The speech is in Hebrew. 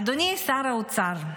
אדוני שר האוצר,